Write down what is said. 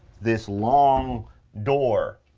this long door,